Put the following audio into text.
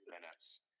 minutes